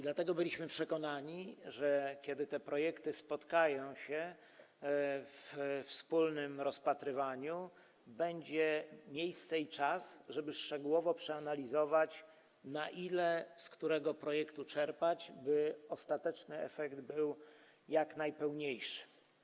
Dlatego byliśmy przekonani, że kiedy te projekty spotkają się w ramach wspólnego rozpatrywania, będzie miejsce i czas, żeby szczegółowo przeanalizować, na ile z którego projektu czerpać, by ostateczny efekt był jak najpełniejszy.